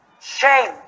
Shame